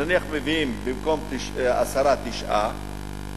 נניח במקום עשרה מביאים תשעה,